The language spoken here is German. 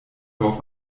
dorf